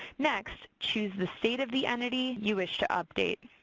next, choose the state of the entity you wish to update.